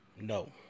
No